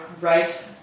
right